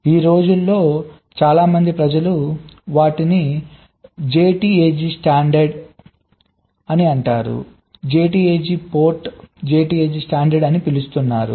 ఈ రోజుల్లో చాలా మంది ప్రజలు వాటిని JTAG standard JTAG port JTAG standard అని పిలుస్తున్నారు